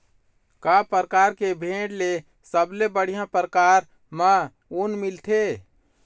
का परकार के भेड़ ले सबले बढ़िया परकार म ऊन मिलथे?